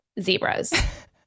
zebras